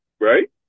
right